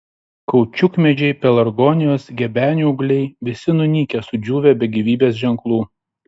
kaučiukmedžiai pelargonijos gebenių ūgliai visa nunykę sudžiūvę be gyvybės ženklų